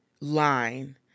line